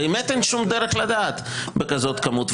באמת אין שום דרך לדעת בכזאת כמות.